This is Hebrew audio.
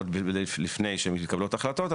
עוד לפני שמתקבלות החלטות.